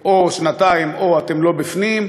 או שנתיים או אתם לא בפנים,